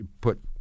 put